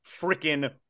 freaking